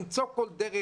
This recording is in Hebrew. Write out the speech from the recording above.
למצוא כל דרך.